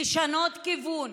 לשנות כיוון